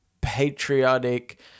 patriotic